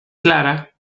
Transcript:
clara